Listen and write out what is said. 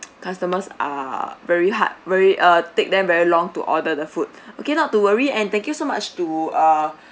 customers are very hard very uh take them very long to order the food okay not to worry and thank you so much to uh